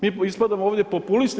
Mi ispadamo ovdje populisti.